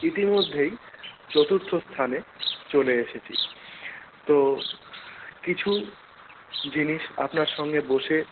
ইতিমধ্যেই চতুর্থ স্থানে চলে এসেছি তো কিছু জিনিস আপনার সঙ্গে বসে